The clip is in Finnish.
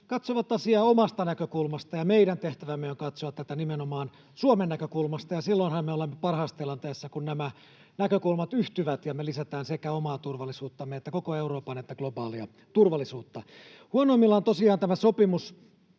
katsovat asiaa omasta näkökulmastaan, ja meidän tehtävämme on katsoa tätä nimenomaan Suomen näkökulmasta, ja silloinhan me olemme parhaassa tilanteessa, kun nämä näkökulmat yhtyvät ja me lisätään sekä omaa turvallisuuttamme että koko Euroopan että globaalia turvallisuutta. Huonoimmillaan tosiaan tämä sopimus